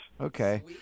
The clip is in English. Okay